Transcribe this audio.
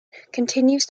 continues